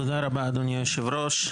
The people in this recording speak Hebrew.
תודה רבה אדוני יושב הראש.